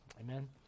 amen